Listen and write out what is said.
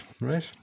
right